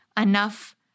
enough